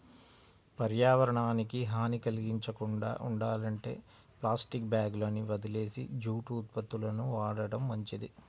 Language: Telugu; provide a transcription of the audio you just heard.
పర్యావరణానికి హాని కల్గించకుండా ఉండాలంటే ప్లాస్టిక్ బ్యాగులని వదిలేసి జూటు ఉత్పత్తులను వాడటం మంచిది